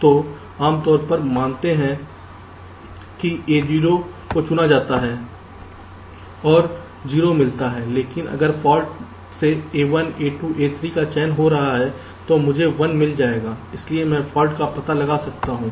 तो आम तौर पर मानते हैं कि A0 को चुना जाता है और 0 मिलता है लेकिन अगर फाल्ट से A1 A2 A3 का चयन हो रहा है तो मुझे 1 मिल जाएगा इसलिए मैं फॉल्ट का पता लगा सकता हूं